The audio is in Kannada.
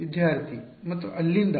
ವಿದ್ಯಾರ್ಥಿ ಮತ್ತು ಅಲ್ಲಿಂದ